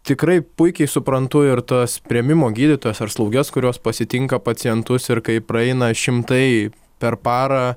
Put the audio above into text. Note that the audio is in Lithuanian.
tikrai puikiai suprantu ir tas priėmimo gydytojas ar slauges kurios pasitinka pacientus ir kai praeina šimtai per parą